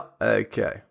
okay